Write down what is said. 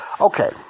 Okay